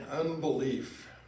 unbelief